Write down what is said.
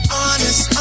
honest